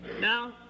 Now